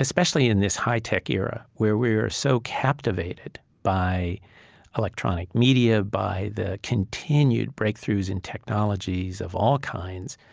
especially in this high-tech era where we are so captivated by electronic media, by the continued breakthroughs in technologies of all kinds.